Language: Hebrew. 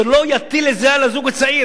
שלא יטיל את זה על הזוג הצעיר.